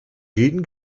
jedem